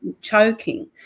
choking